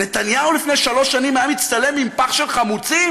נתניהו לפני שלוש שנים היה מצטלם עם פח של חמוצים?